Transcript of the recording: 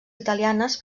italianes